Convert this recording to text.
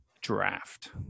draft